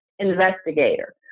investigator